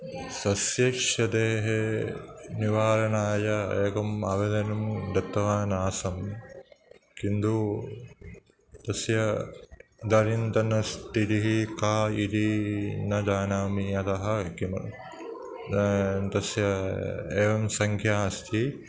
सस्य क्षतेः निवारणाय एकम् आवेदनं दत्तवान् आसम् किन्तु तस्य इदानिन्तनस्थितिः का इति न जानामि अतः किं तस्य एवं सङ्ख्या अस्ति